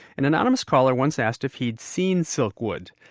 an anonymous caller once asked if he'd seen silkwood.